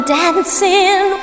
dancing